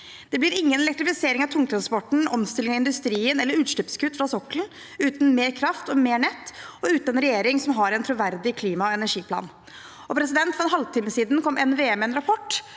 Det blir ingen elektrifisering av tungtransporten, omstilling av industrien eller utslippskutt fra sokkelen uten mer kraft og mer nett eller uten en regjering som har en troverdig klima- og energiplan. For en halv time siden kom NVE med en rapport